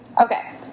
Okay